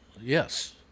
Yes